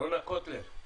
רונה קוטלר,